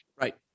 right